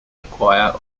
acquire